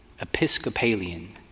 Episcopalian